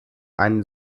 ein